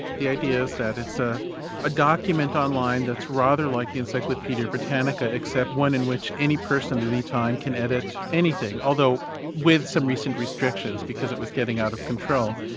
the idea is that it's a ah document online that's rather like the encyclopaedia britannica, except one in which any person at any time can edit anything, although with some recent restrictions, because it was getting out of control.